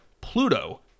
Pluto